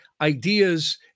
ideas